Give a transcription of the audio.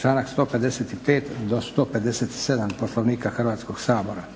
članak 155.do 157. Poslovnika Hrvatskog sabora.